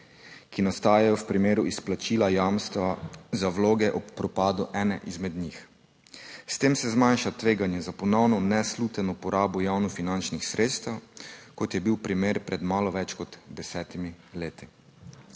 ki nastajajo v primeru izplačila jamstva za vloge ob propadu ene izmed njih. S tem se zmanjša tveganje za ponovno nesluteno porabo javnofinančnih sredstev kot je bil primer pred malo več kot desetimi leti.